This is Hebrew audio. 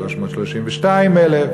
332,000,